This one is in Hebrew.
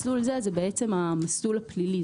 מסלול זה הוא בעצם המסלול הפלילי.